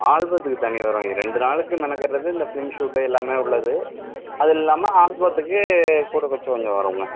ஆல்பத்துக்கு தனி வரும் ரெண்டு நாளுக்கு மெனக்கெடுறது இந்த ஃபிலிம் ஷூட்டு எல்லாமே உள்ளது அதுல்லாமல் ஆல்பத்துக்கு கூட குறச்சு கொஞ்சம் வருங்க